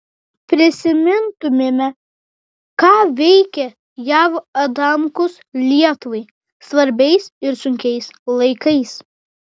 prisimintumėme ką veikė jav adamkus lietuvai svarbiais ir sunkiais laikais